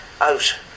out